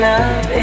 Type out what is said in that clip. Love